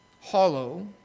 hollow